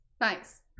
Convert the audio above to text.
Nice